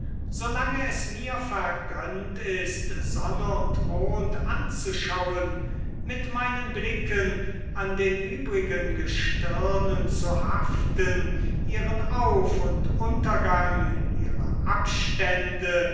lange es mir vergönnt ist sonne und mond anzuschauen mit meinen blicken an den übrigen gestirnen zu haften ihren auf und untergang ihre abstände